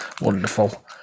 Wonderful